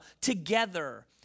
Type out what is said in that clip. together